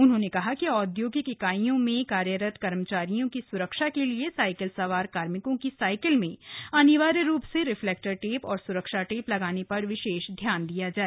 उन्होंने कहा कि औदयोगिक इकाइयों में कार्यरत कर्मचारियों की सुरक्षा के लिए साइकिल सवार कार्मिकों की साइकिल में अनिवार्य रूप से रिफ्लेक्टर टेप और सुरक्षा टेप लगाने पर विशेष ध्यान दिया जाए